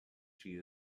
she